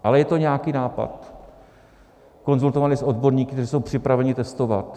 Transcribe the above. Ale je to nějaký nápad konzultovaný s odborníky, kteří jsou připraveni testovat.